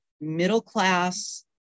middle-class